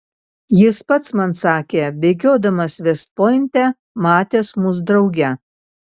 jis pats man sakė bėgiodamas vest pointe matęs mus drauge